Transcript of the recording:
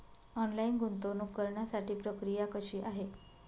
Online गुंतवणूक करण्यासाठी प्रक्रिया कशी आहे?